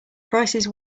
prices